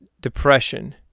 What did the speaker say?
depression